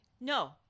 no